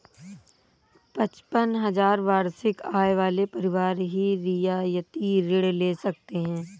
पचपन हजार वार्षिक आय वाले परिवार ही रियायती ऋण ले सकते हैं